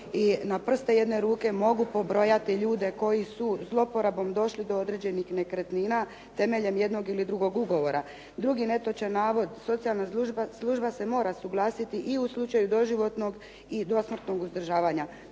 i na prste jedne ruke mogu pobrojati ljude koji su zloporabom došli do određenih nekretnina, temeljem jednog ili drugog ugovora. Drugi netočan navod, socijalna služba se mora suglasiti i u slučaju doživotnog i dosmrtnog uzdržavanja.